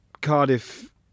Cardiff